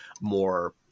more